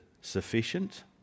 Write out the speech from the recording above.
sufficient